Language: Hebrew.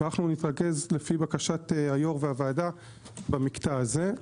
אנו נתרכז לבקשת היו"ר והוועדה במקטע הזה.